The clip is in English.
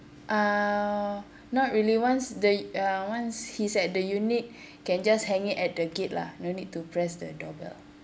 uh not really once the uh once he's at the unit can just hang it at the gate lah no need to press the doorbell